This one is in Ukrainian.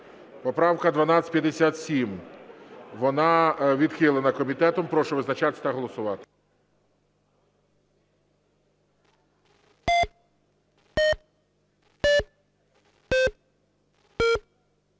Поправка 1301, вона відхилена комітетом. Прошу визначатись та голосувати.